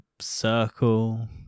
circle